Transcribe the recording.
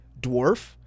dwarf